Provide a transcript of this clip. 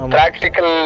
Practical